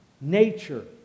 nature